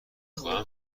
خواهم